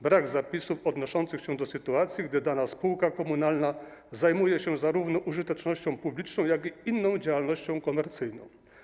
Brakuje zapisów odnoszących się do sytuacji, gdy dana spółka komunalna zajmuje się zarówno użytecznością publiczną, jak i inną działalnością - komercyjną.